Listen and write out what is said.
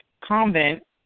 convent